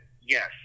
yes